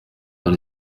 dans